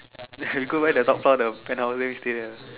we go buy the top floor the penthouse then we stay there ah